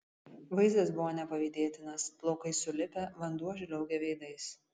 vaizdas buvo nepavydėtinas plaukai sulipę vanduo žliaugia veidais